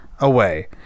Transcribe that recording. away